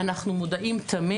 אנחנו מודעים תמיד.